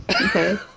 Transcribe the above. Okay